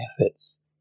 efforts